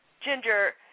Ginger